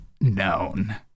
known